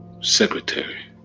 secretary